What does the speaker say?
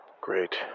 great